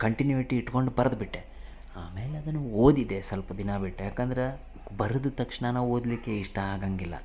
continuity ಇಟ್ಕೊಂಡು ಬರೆದುಬಿಟ್ಟೆ ಆಮೇಲೆ ಅದನ್ನು ಓದಿದೆ ಸಲ್ಪ ದಿನ ಬಿಟ್ಟು ಯಾಕಂದ್ರೆ ಬರ್ದ ತಕ್ಷ್ಣನೇ ಓದಲಿಕ್ಕೆ ಇಷ್ಟ ಆಗಂಗಿಲ್ಲ